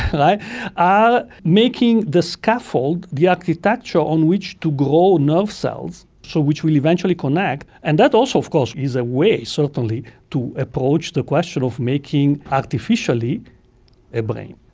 like are making the scaffold, the architecture on which to grow nerve cells so which will eventually connect, and that also of course is a way certainly to approach the question of making artificially a brain.